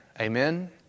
Amen